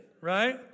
right